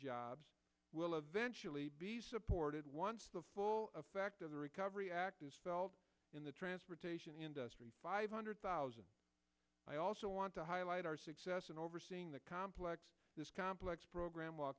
jobs will eventually be supported once the full effect of the recovery act is felt in the transportation industry five hundred thousand i also want to highlight our success in overseeing the complex this complex program